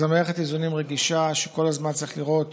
זאת מערכת איזונים רגישה, וכל הזמן צריך לראות